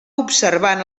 observant